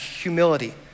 humility